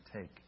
take